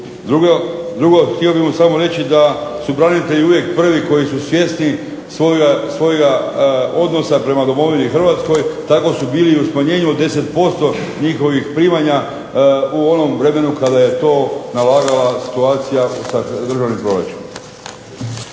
Drugo, htio bih mu samo reći da su branitelji uvijek prvi koji su svjesni svojega odnosa prema domovini Hrvatskoj, tako su bili i u smanjenju od deset posto njihovih primanja u onom vremenu kada je to nalagala situacija sa državnim proračunom.